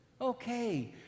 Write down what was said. Okay